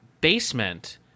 basement